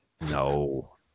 No